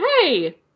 hey